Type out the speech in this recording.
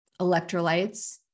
Electrolytes